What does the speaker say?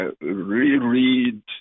reread